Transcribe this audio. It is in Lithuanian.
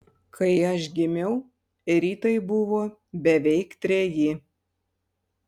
kai aš gimiau ritai buvo beveik treji